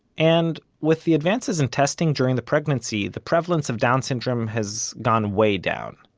and with the advances in testing during the pregnancy, the prevalence of down syndrome has gone way down.